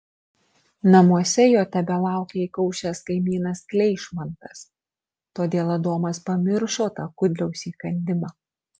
namuose jo tebelaukė įkaušęs kaimynas kleišmantas todėl adomas pamiršo tą kudliaus įkandimą